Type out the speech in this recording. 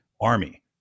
army